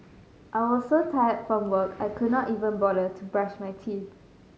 I was so tired from work I could not even bother to brush my teeth